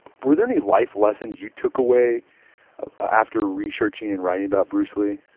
were there any life lessons you took away after researching and writing about bruce lee?